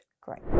Great